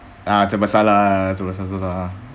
rasa bersalah ah